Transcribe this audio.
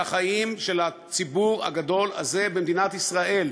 המכלול של החיים של הציבור הגדול הזה במדינת ישראל.